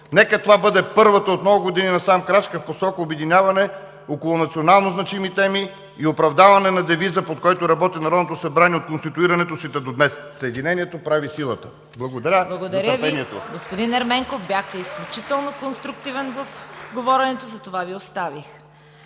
Нека това бъде първата от много години насам крачка в посока обединяване около национално значимите теми и оправдаване на девиза, под който работи Народното събрание от конституирането си та до днес – „Съединението прави силата“. Благодаря за търпението. ПРЕДСЕДАТЕЛ ЦВЕТА КАРАЯНЧЕВА: Благодаря Ви. Господин Ерменков, бяхте изключително конструктивен в говоренето, затова Ви оставих.